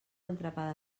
entrepà